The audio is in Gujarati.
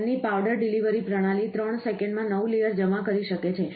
તેમની પાવડર ડિલિવરી પ્રણાલી 3 સેકન્ડમાં નવું લેયર જમા કરી શકે છે